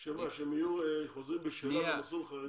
אתה רוצה שהם יהיו חוזרים בשאלה במסלול חרדי?